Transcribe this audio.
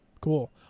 Cool